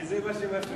כי זה מה שמפריע,